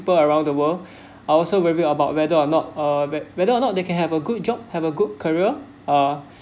people around the world are also worried about whether or not uh whether or not they can have a good job have a good career uh